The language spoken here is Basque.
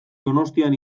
donostian